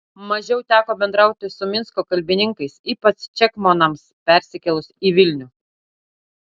mažiau teko bendrauti su minsko kalbininkais ypač čekmonams persikėlus į vilnių